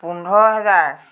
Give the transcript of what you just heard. পোন্ধৰ হেজাৰ